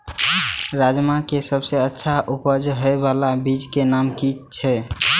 राजमा के सबसे अच्छा उपज हे वाला बीज के नाम की छे?